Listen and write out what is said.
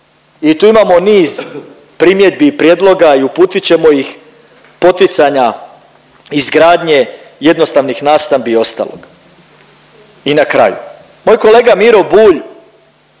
i tu imamo niz primjedbi i prijedloga i uputit ćemo ih, poticanja izgradnje jednostavnih nastambi i ostalog. I na kraju, moj kolega Miro Bulj